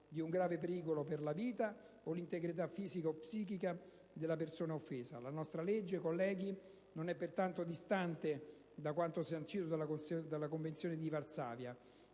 un grave pericolo per la vita o l'integrità fisica o psichica della persona offesa. La nostra legge, onorevoli colleghi, non è pertanto distante da quanto sancito dalla Convenzione di Varsavia.